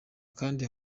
kandi